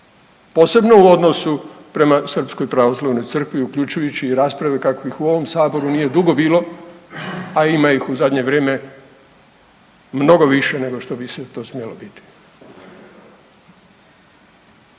posebno u odnosu prema srpskoj pravoslavnoj crkvi uključujući i rasprave kakvih u ovom saboru nije dugo bilo, a ima ih u zadnje vrijeme mnogo više nego što bi se to smjelo biti.